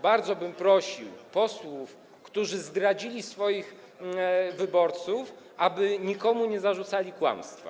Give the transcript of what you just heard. Bardzo bym prosił posłów, którzy zdradzili swoich wyborców, aby nikomu nie zarzucali kłamstwa.